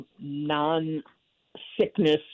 non-sickness